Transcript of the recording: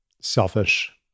selfish